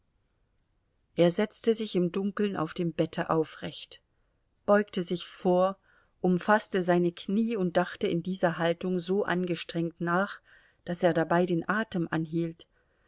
er setzte sich im dunkeln auf dem bette aufrecht beugte sich vor umfaßte seine knie und dachte in dieser haltung so angestrengt nach daß er dabei den atem anhielt